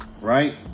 right